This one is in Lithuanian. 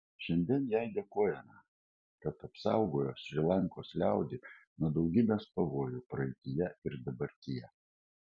šiandien jai dėkojame kad apsaugojo šri lankos liaudį nuo daugybės pavojų praeityje ir dabartyje